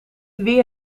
weer